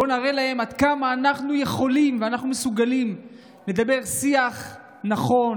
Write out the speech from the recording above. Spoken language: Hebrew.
בואו נראה להם עד כמה אנחנו יכולים ואנחנו מסוגלים לדבר שיח נכון,